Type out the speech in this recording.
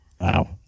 Wow